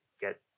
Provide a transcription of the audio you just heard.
get